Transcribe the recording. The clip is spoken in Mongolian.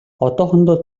одоохондоо